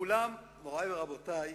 אולם, מורי ורבותי,